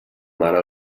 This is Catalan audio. mare